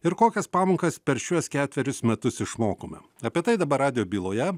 ir kokias pamokas per šiuos ketverius metus išmokome apie tai dabar radijo byloje